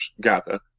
gather